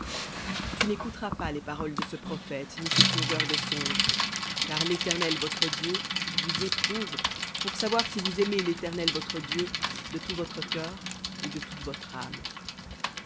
tu n'écouteras pas les paroles de ce prophète ni ce songeur de songes car l'éternel votre dieu vous éprouve pour savoir si vous aimez l'éternel votre dieu de tout votre cœur et de toute votre âme